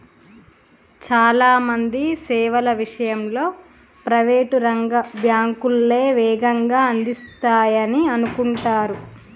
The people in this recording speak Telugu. చాలా మంది సేవల విషయంలో ప్రైవేట్ రంగ బ్యాంకులే వేగంగా అందిస్తాయనే అనుకుంటరు